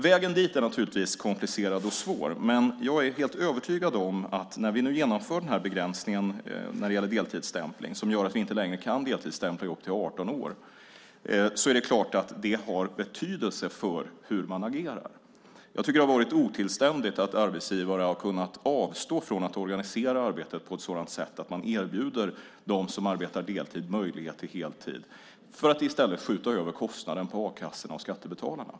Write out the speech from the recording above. Vägen dit är naturligtvis komplicerad och svår, men jag är helt övertygad om att när vi nu genomför den här begränsningen som gör att man inte längre kan deltidsstämpla i upp till 18 år har det betydelse för hur man agerar. Det har varit otillständigt att arbetsgivare har kunnat avstå från att organisera arbetet på ett sådant sätt att man erbjuder dem som arbetar deltid möjlighet till heltid och i stället skjutit över kostnaderna på a-kassorna och skattebetalarna.